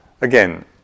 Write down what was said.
Again